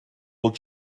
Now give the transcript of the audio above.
old